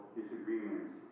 disagreements